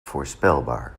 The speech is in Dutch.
voorspelbaar